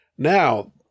Now